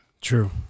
True